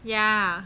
yeah